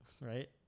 right